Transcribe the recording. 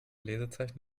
lesezeichen